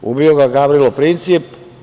Ubio ga je Gavrilo Princip.